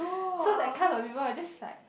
so that class of people was just like